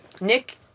Nick